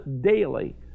daily